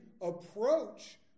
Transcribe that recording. approach